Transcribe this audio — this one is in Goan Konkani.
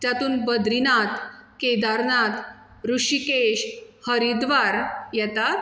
जातूंत बद्रीनाथ केदारनाथ ऋषिकेश हरिद्वार येतात